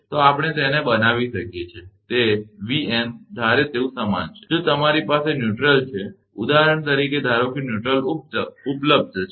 તો આપણે તેને બનાવી શકીએ છીએ તે 𝑉𝑛 ધારે તેવું સમાન છે જો તમારી પાસે neutralતટસ્થ છે ઉદાહરણ તરીકે ધારો કે તટસ્થ ઉપલબ્ધ છે